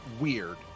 weird